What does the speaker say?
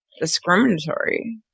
discriminatory